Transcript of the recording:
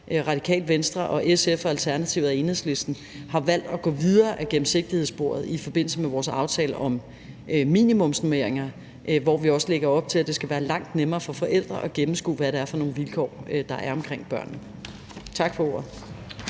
Radikale Venstre, SF, Alternativet og Enhedslisten valgt at gå videre ad gennemsigtighedsporet i forbindelse med vores aftale om minimumsnormeringer, hvor vi også lægger op til, at det skal være langt nemmere for forældre at gennemskue, hvad det er for nogle vilkår, der er omkring børnene. Tak. Kl.